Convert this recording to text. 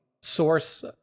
Source